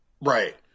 Right